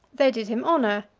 they did him honor,